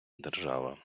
держава